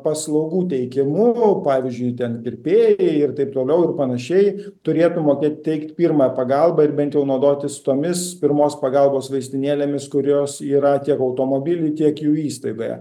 paslaugų teikimu pavyzdžiui ten kirpėjai ir taip toliau ir panašiai turėtų mokėti teikt pirmąją pagalbą ir bent jau naudotis tomis pirmos pagalbos vaistinėlėmis kurios yra tiek automobily tiek jų įstaigoje